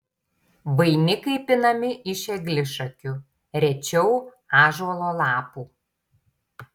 vainikai pinami iš eglišakių rečiau ąžuolo lapų